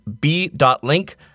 b.link